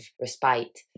respite